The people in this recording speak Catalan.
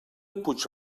puig